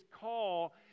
call